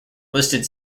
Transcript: listed